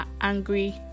angry